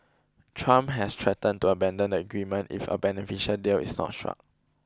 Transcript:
Trump has threatened to abandon the agreement if a beneficial deal is not struck